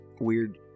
weird